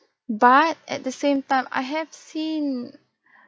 but at the same time I have seen